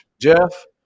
Jeff